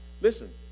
Listen